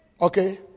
Okay